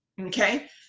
Okay